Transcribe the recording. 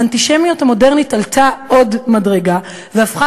האנטישמיות המודרנית עלתה עוד מדרגה והפכה